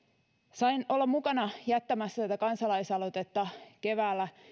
sain olla mukana jättämässä tätä kansalaisaloitetta keväällä